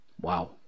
Wow